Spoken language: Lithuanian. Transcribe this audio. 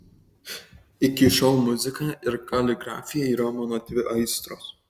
iki šiol muzika ir kaligrafija yra mano dvi aistros